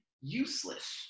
useless